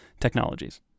technologies